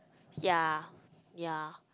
ya ya